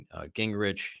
Gingrich